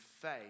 faith